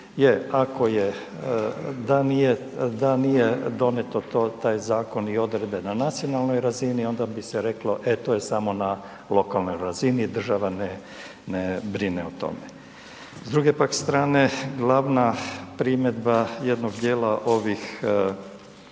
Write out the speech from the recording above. je, da nije, da nije donijeto to, taj zakon i odredbe na nacionalnoj razini onda bi se reklo, e to je samo na lokalnoj razini, država ne, ne brine o tome. S druge pak strane glavna primjedba jednog dijela ovih